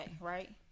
Right